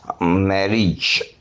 marriage